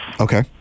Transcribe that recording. Okay